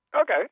Okay